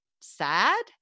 sad